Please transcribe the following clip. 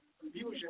confusion